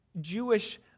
Jewish